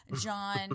John